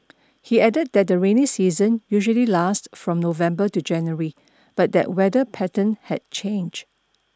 he added that the rainy season usually lasts from November to January but that weather pattern had changed